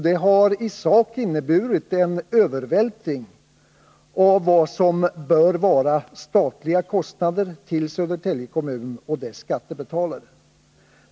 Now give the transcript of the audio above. Det har i sak inneburit en övervältring på Södertälje kommun och dess skattebetalare av vad som bör vara statliga kostnader.